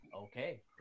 Okay